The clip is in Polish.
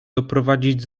doprowadzić